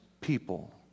people